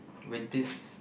with this